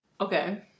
Okay